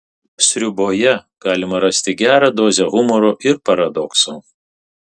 sriuboje galima rasti gerą dozę humoro ir paradokso